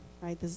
right